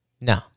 No